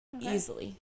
easily